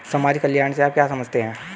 समाज कल्याण से आप क्या समझते हैं?